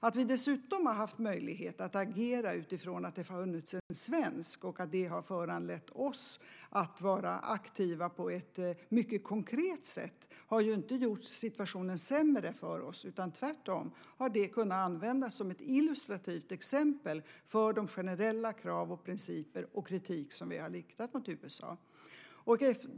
Att vi dessutom har haft möjlighet att agera utifrån att det funnits en svensk i lägret och att det har föranlett oss att vara aktiva på ett mycket konkret sätt har ju inte gjort situationen sämre för oss. Tvärtom har det kunnat användas som ett illustrativt exempel för våra generella krav och principer och den kritik som vi har riktat mot USA.